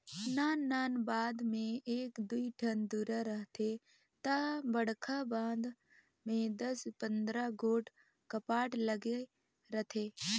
नान नान बांध में एक दुई ठन दुरा रहथे ता बड़खा बांध में दस पंदरा गोट कपाट लगे रथे